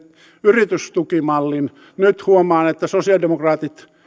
yritystukimallin nyt huomaan että sosialidemokraatit